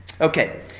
Okay